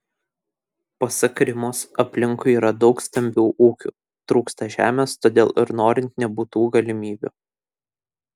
pasak rimos aplinkui yra daug stambių ūkių trūksta žemės todėl ir norint nebūtų galimybių